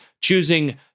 choosing